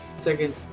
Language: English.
Second